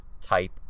type